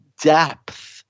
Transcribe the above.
depth